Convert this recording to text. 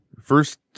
first